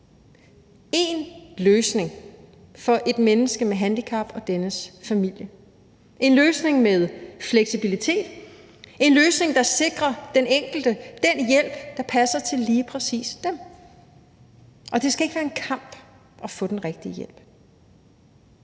én løsning for et menneske med handicap og dennes familie – en løsning med fleksibilitet, en løsning, der sikrer den enkelte den hjælp, der passer til lige præcis vedkommende. Og det skal ikke være en kamp at få den rigtige hjælp.